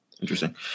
Interesting